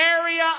area